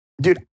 dude